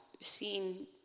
seen